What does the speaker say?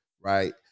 right